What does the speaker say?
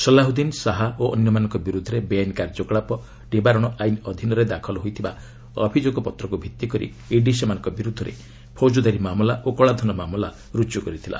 ସଲାହୁଦ୍ଦିନ୍ ଶାହା ଓ ଅନ୍ୟମାନଙ୍କ ବିରୁଦ୍ଧରେ ବେଆଇନ୍ କାର୍ଯ୍ୟକଳାପ ନିବାରଣ ଆଇନ୍ ଅଧୀନରେ ଦାଖଲ ହୋଇଥିବା ଅଭିଯୋଗପତ୍ରକୁ ଭିତ୍ତି କରି ଇଡି ସେମାନଙ୍କ ବିରୁଦ୍ଧରେ ଫୌଜଦାରୀ ମାମଲା ଓ କଳାଧନ ମାମଲା ରୁଜୁ କରିଥିଲା